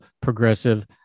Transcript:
progressive